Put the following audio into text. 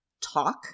talk